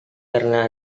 karena